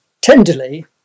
Tenderly